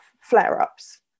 flare-ups